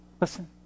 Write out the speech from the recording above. Listen